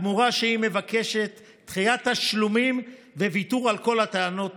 התמורה שהיא מבקשת היא דחיית תשלומים וויתור על כל הטענות